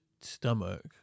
stomach